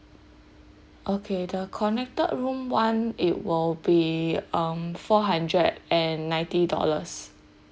okay the connected room one it will be um four hundred and ninety dollars